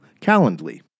Calendly